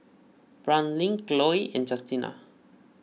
Brandin Khloe and Justina